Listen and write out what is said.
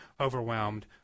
overwhelmed